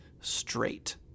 straight